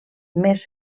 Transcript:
més